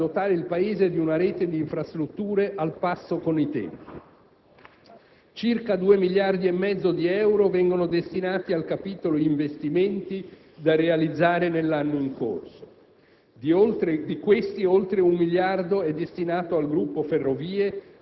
Con questa manovra di bilancio il Governo conferma il proprio impegno a dotare il Paese di una rete di infrastrutture al passo con i tempi. Circa due miliardi e mezzo di euro vengono destinati al capitolo investimenti da realizzare nell'anno in corso.